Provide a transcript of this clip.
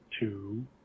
Two